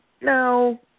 no